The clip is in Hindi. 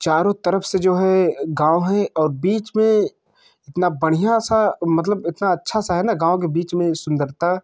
चारों तरफ़ से जो है गाँव है और बीच में इतना बढ़िया सा मतलब इतना अच्छा सा है गाँव में बीच में सुंदरता